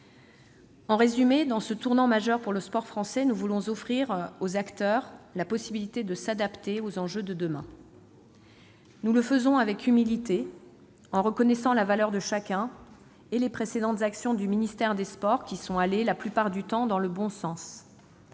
En résumé, au moment de ce tournant majeur pour le sport français, nous voulons offrir aux acteurs la possibilité de s'adapter aux enjeux de demain. Nous le faisons avec humilité, en reconnaissant la valeur de chacun et les précédentes actions du ministère des sports, qui, la plupart du temps, sont allées dans